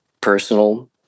personal